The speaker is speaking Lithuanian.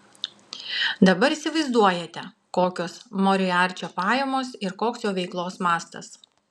dabar įsivaizduojate kokios moriarčio pajamos ir koks jo veiklos mastas